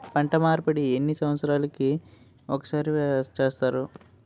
పంట మార్పిడి ఎన్ని సంవత్సరాలకి ఒక్కసారి చేస్తారు?